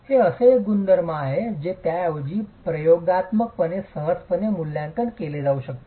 हे असे एक गुणधर्म आहे जे त्याऐवजी प्रयोगात्मकपणे सहजपणे मूल्यांकन केले जाऊ शकते